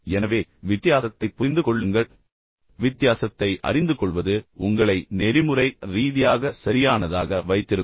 எனவே வித்தியாசத்தை புரிந்து கொள்ளுங்கள் பின்னர் வித்தியாசத்தை அறிந்துகொள்வது உண்மையில் உங்களை நெறிமுறை ரீதியாக சரியானதாக வைத்திருக்கும்